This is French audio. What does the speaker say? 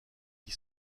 qui